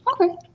Okay